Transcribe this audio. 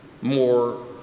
more